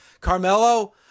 Carmelo